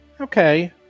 Okay